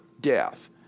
death